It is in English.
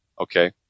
Okay